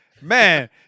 man